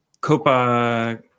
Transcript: Copa